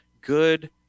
good